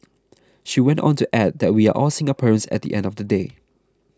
she went on to add that we are all Singaporeans at the end of the day